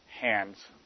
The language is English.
hands